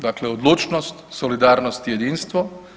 Dakle, odlučnost, solidarnost i jedinstvo.